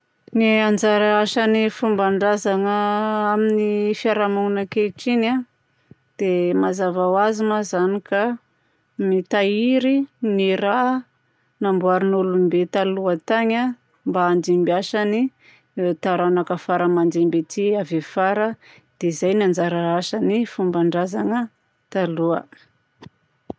Ny anjara asan'ny fomban-drazana amin'ny fiarahamonigna ankehitriny a dia mazava ho azy ma zany ka mitahiry ny raha namboarin'olombe taloha tagny mba handimbiasan'ny taranaka faramandimby aty avy afara. Dia zay ny anjara asan'ny fomban-drazana taloha.